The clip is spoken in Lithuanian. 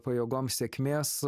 pajėgom sėkmės